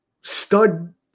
stud